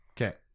Okay